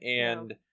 and-